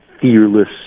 fearless